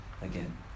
again